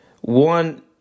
One